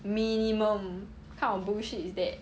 minimum what kind of bullshit is that